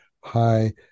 high